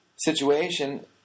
situation